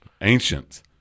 ancient